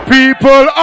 People